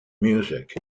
music